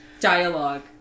Dialogue